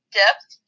depth